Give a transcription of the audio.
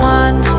one